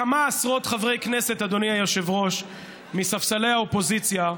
כמה עשרות חברי כנסת מספסלי האופוזיציה,